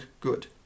good